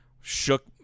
shook